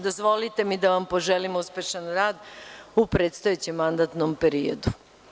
Dozvolite mi da vam poželim uspešan rad u predstojećem mandatnom periodu.